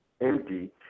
empty